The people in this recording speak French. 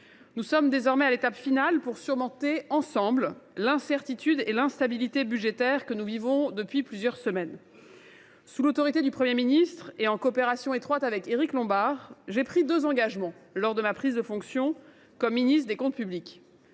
loi de finances, afin de surmonter, ensemble, l’incertitude et l’instabilité budgétaires que nous vivons depuis plusieurs semaines. Sous l’autorité du Premier ministre, et en coopération étroite avec Éric Lombard, j’ai pris deux engagements lors de ma prise de fonctions comme ministre des comptes publics.